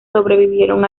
sobrevivieron